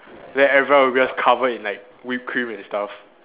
then everyone will just cover in like whipped cream and stuff